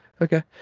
Okay